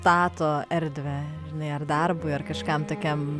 sustato erdvę žinai ar darbui ar kažkam tokiam